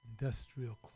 industrial